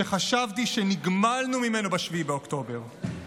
שחשבתי שנגמלנו ממנו ב-7 באוקטובר.